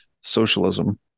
socialism